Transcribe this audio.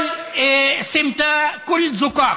כל סמטה, כול זוקאק.